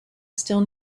still